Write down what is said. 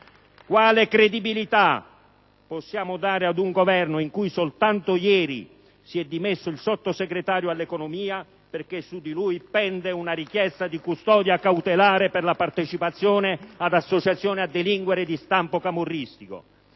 Quale credibilità possiamo dare ad un Governo in cui soltanto ieri si è dimesso il Sottosegretario all'economia, perché su di lui pende una richiesta di custodia cautelare per partecipazione ad associazione a delinquere di stampo camorristico?